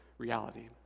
reality